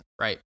right